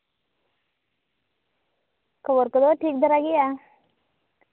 ᱠᱷᱚᱵᱚᱨ ᱠᱚᱫᱚ ᱴᱷᱤᱠ ᱫᱷᱟᱨᱟ ᱜᱮᱭᱟ